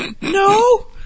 No